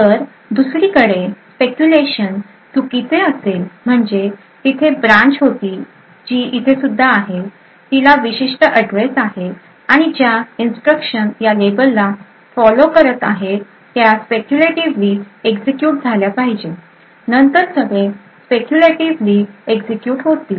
तर दुसरीकडे स्पेक्यूलेशन चुकीचे असेल म्हणजे तिथे ब्रांच होती जी इथे सुद्धा आहे तिला विशिष्ट अॅड्रेस आहे आणि ज्या इन्स्ट्रक्शन या लेबलला फॉलो करत आहेत त्या स्पेक्यूलेटीव्हली एक्झिक्युट झाल्या पाहिजे नंतर सगळे स्पेक्यूलेटीव्हली एक्झिक्युट होतील